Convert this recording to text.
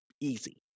easy